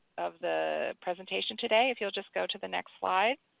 of the presentation today, if you'll just go to the next slide.